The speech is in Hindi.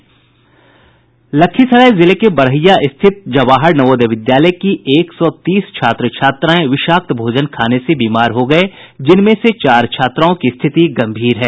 लखीसराय जिले में बड़हिया स्थित जवाहर नवोदय विद्यालय की एक सौ तीस छात्र छात्राएं विषाक्त भोजन खाने से बीमार हो गये हैं जिनमें से चार छात्राओं की स्थिति गंभीर है